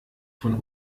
von